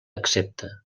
accepta